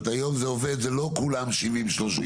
היום זה עובד ולא כולם 30%-70%?